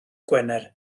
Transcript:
gwener